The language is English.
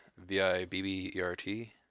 V-I-B-B-E-R-T